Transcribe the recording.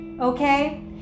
okay